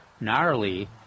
gnarly